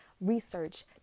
research